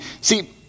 See